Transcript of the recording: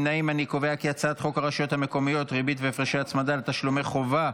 חוק הרשויות המקומיות (ריבית והפרשי הצמדה על תשלומי חובה)